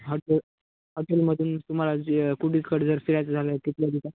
hotel हॉटेलमधून तुम्हाला जर कुठे कडे जर फिरायचं झालं तिथल्या तिथं